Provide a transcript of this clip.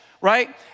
right